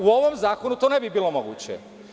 U ovom zakonu to ne bi bilo moguće.